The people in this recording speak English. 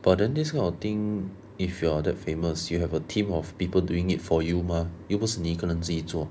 but then this kind of thing if you are that famous you have a team of people doing it for you mah 又不是你一个人自己做